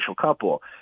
couple